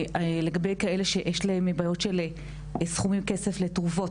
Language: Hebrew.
לגבי כאלה שיש להם בעיות של סכומי כסף לתרופות,